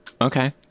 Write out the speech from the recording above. Okay